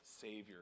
Savior